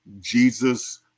Jesus